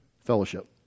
Fellowship